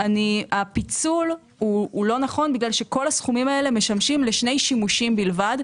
הפיצול לא נכון כי כל הסכומים האלה משמשים לשני שימושים בלבד.